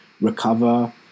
recover